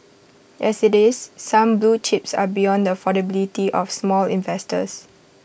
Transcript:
as IT is some blue chips are beyond the affordability of small investors